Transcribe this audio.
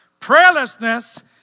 Prayerlessness